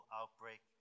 outbreak